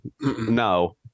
no